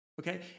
okay